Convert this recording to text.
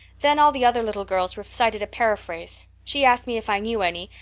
then all the other little girls recited a paraphrase. she asked me if i knew any.